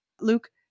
Luke